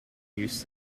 youths